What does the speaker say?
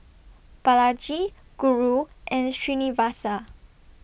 Balaji Guru and Srinivasa